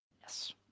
Yes